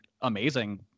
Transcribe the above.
amazing